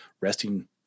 resting